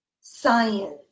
Science